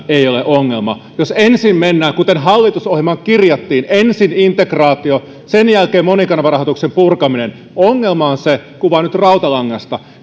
ongelma jos ensin mennään kuten hallitusohjelmaan kirjattiin ensin integraatio sen jälkeen monikanavarahoituksen purkaminen ongelma on se väännän nyt rautalangasta että